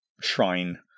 shrine